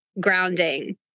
grounding